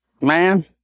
Man